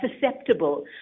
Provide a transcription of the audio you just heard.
susceptible